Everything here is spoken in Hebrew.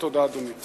תודה, אדוני.